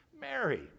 Mary